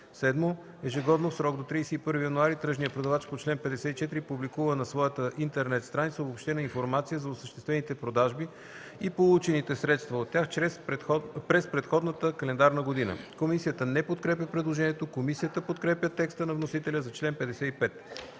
(7) Ежегодно в срок до 31 януари тръжният продавач по чл. 54 публикува на своята интернет страница обобщена информация за осъществените продажби и получените средства от тях през предходната календарна година.” Комисията не подкрепя предложението. Комисията подкрепя текста на вносителя за чл. 55.